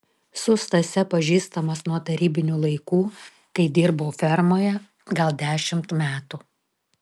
su stase pažįstamas nuo tarybinių laikų kai dirbau fermoje gal dešimt metų